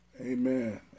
Amen